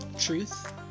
truth